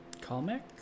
Comic